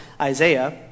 Isaiah